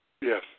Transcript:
Yes